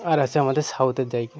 আর আছে আমাদের সাউথের জায়গা